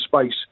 space